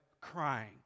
crying